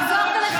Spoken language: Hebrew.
אבל את הממשלה,